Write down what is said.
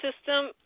system